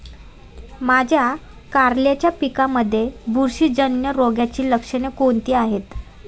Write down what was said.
माझ्या कारल्याच्या पिकामध्ये बुरशीजन्य रोगाची लक्षणे कोणती आहेत?